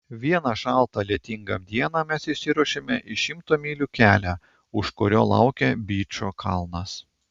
vieną šaltą lietingą dieną mes išsiruošėme į šimto mylių kelią už kurio laukė byčo kalnas